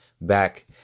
back